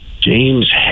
James